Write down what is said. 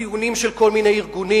מטיעונים של כל מיני ארגונים?